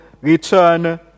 return